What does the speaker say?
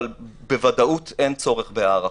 אבל בוודאות אין צורך בהארכה.